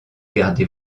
gardez